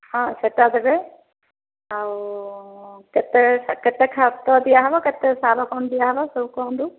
ହଁ ସେଇଟା ଦେବେ ଆଉ କେତେ କେତେ ଖତ ଦିଆହେବ କେତେ ସାର କ'ଣ ଦିଆ ହେବ ସବୁ କୁହନ୍ତୁ